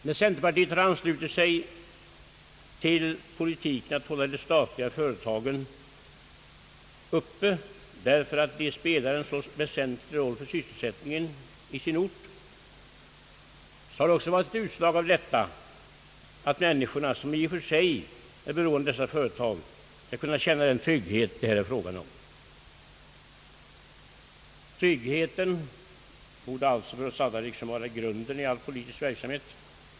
När centerpartiet har anslutit sig till politiken att hålla de statliga företagen uppe, därför att de spelar en så väsentlig roll för sysselsättningen i orten, har det också varit utslag av detta att människorna, som är beroende av dessa företag, skall kunna känna den trygghet som det här är fråga om. Tryggheten borde alltså för oss alla vara grunden i all politisk verksamhet.